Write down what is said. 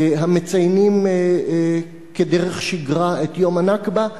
המציינים כדרך שגרה את יום הנכבה,